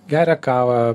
geria kavą